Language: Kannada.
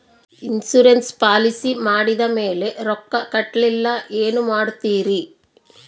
ಇನ್ಸೂರೆನ್ಸ್ ಪಾಲಿಸಿ ಮಾಡಿದ ಮೇಲೆ ರೊಕ್ಕ ಕಟ್ಟಲಿಲ್ಲ ಏನು ಮಾಡುತ್ತೇರಿ?